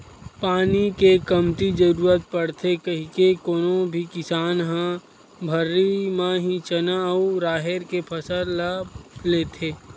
पानी के कमती जरुरत पड़थे कहिके कोनो भी किसान ह भर्री म ही चना अउ राहेर के फसल ल लेथे